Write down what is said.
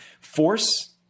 force